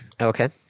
Okay